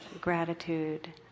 gratitude